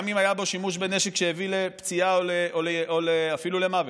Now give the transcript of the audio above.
גם אם היה בו שימוש בנשק שהביא לפציעה או אפילו למוות,